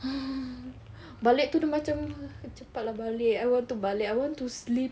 hmm balik tu dia macam cepat lah balik I want to balik I want to sleep